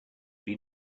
been